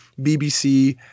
BBC